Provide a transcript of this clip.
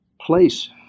place